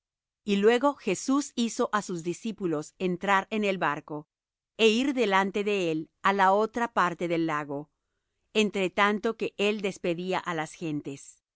y luego jesús hizo á sus discípulos entrar en el barco é ir delante de él á la otra parte del lago entre tanto que él despedía á las gentes